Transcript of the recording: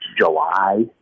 July